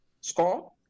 score